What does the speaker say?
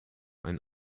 einen